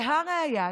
והראיה,